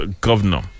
governor